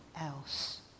else